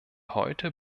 heute